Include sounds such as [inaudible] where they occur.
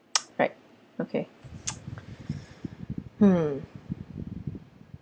[noise] right okay [noise] hmm